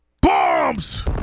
Bombs